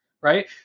right